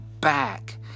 back